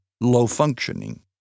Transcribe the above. low-functioning